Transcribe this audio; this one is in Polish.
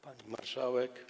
Pani Marszałek!